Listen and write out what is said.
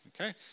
okay